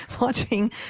watching